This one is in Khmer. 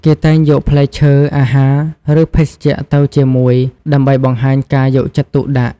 គេតែងយកផ្លែឈើ អាហារ ឬភេសជ្ជៈទៅជាមួយ ដើម្បីបង្ហាញការយកចិត្តទុកដាក់។